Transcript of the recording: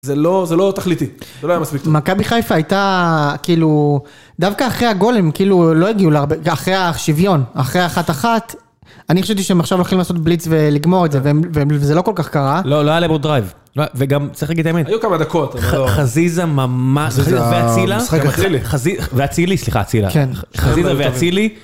זה לא תכליתי, זה לא היה מספיק טוב. מכבי חיפה הייתה כאילו, דווקא אחרי הגול, כאילו, לא הגיעו, אחרי השוויון, אחרי אחת אחת, אני חשבתי שהם עכשיו הולכים לעשות בליץ ולגמור את זה, וזה לא כל כך קרה. לא, לא היה לבורד דרייב. וגם, צריך להגיד האמת. היו כמה דקות. חזיזה ממש, ועצילה, ועצילה, סליחה, עצילי. חזיזה ועצילי.